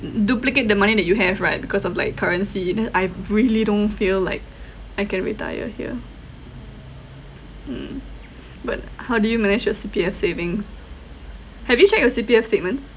mm mm duplicate the money that you have right because of like currency if not I really don't feel like I can retire here mm but how do you manage your C_P_F savings have you checked your C_P_F statements